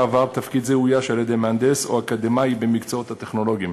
בעבר תפקיד זה אויש על-ידי מהנדס או אקדמאי במקצועות הטכנולוגיים.